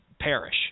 perish